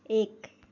एक